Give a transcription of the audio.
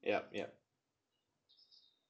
yup yup